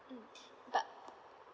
mm but